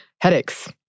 Headaches